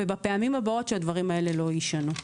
ובפעם הבאות שהדברים האלה יישנו.